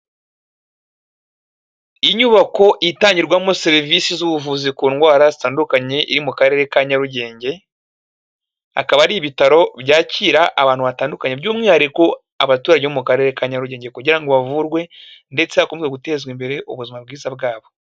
Inyubako itangirwamo serivisi z'ubuvuzi ku ndwara zitandukanye iri mu Karere ka Nyarugenge, akaba ari ibitaro byakira abantu batandukanye, by'umwihariko abaturage bo mu Karere ka Nyarugenge kugira ngo bavurwe, ndetse hakomeze gutezwa imbere ubuzima bwiza bwabo.